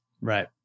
right